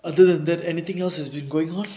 other than that anything else has been going on